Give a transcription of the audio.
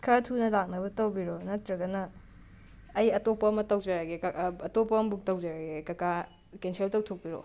ꯈꯔ ꯊꯨꯅ ꯂꯥꯛꯅꯕ ꯇꯧꯕꯤꯔꯣ ꯅꯠꯇ꯭ꯔꯒꯅ ꯑꯩ ꯑꯇꯣꯞꯄ ꯑꯃ ꯇꯧꯖꯔꯒꯦ ꯀ ꯑꯇꯣꯞꯄ ꯑꯃ ꯕꯨꯛ ꯇꯧꯖꯔꯒꯦ ꯀꯀꯥ ꯀꯦꯟꯁꯦꯜ ꯇꯧꯊꯣꯛꯄꯤꯔꯛꯑꯣ